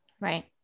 Right